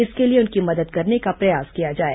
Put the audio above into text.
इसके लिए उनकी मदद करने का प्रयास किया जाए